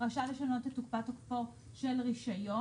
רשאי לשנות את תקופת תוקפו של הרישיון